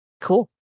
Cool